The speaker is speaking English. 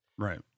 Right